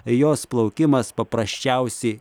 jos plaukimas paprasčiausiai